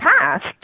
past